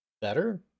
better